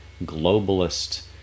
globalist